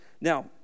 Now